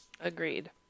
agreed